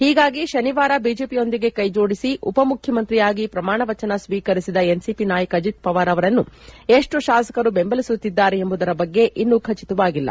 ಹೀಗಾಗಿ ಶನಿವಾರ ಬಿಜೆಪಿಯೊಂದಿಗೆ ಕೈಜೋಡಿಸಿ ಉಪಮುಖ್ವಮಂತ್ರಿಯಾಗಿ ಪ್ರಮಾಣ ವಚನ ಸ್ವೀಕರಿಸಿದ ಎನ್ ಸಿಪಿ ನಾಯಕ ಅಜಿತ್ ವವಾರ್ ಅವರನ್ನು ಎಷ್ಟು ಶಾಸಕರು ಬೆಂಬಲಿಸುತ್ತಿದ್ದಾರೆ ಎಂಬುದರ ಬಗ್ಗೆ ಇನ್ನೂ ಖಚಿತವಾಗಿಲ್ಲ